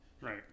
Right